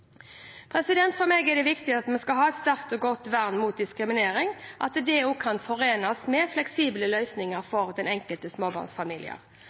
For meg er det viktig at et sterkt og godt vern mot diskriminering også kan forenes med fleksible løsninger for den enkelte